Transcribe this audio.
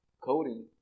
coding